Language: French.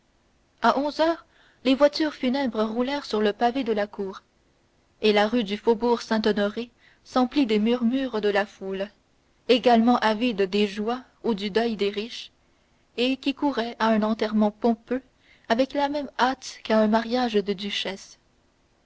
à onze heures les voitures funèbres roulèrent sur le pavé de la cour et la rue du faubourg-saint-honoré s'emplit des murmures de la foule également avide des joies ou du deuil des riches et qui court à un enterrement pompeux avec la même hâte qu'à un mariage de duchesse